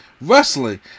wrestling